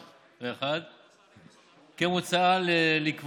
ינואר-פברואר 2021. כמו כן מוצע לקבוע,